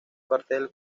cartel